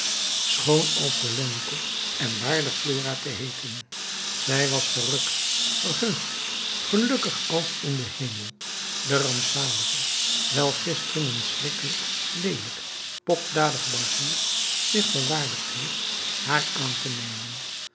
schoon als de lente en waardig flora te heeten zij was verrukt verheugd gelukkig als in den hemel de rampzalige wijl gisteren een schrikkelijk leelijke pokdalige bankier zich verwaardigd heeft haar aan te nemen